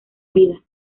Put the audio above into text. vida